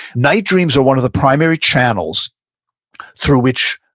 night dreams are one of the primary channels through which